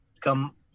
come